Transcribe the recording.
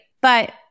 But-